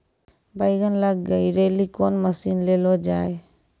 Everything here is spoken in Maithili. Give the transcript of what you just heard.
बैंगन लग गई रैली कौन मसीन ले लो जाए?